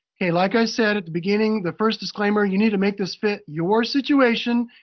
okay, like i said at the beginning, the first disclaimer, you need to make this fit your situation,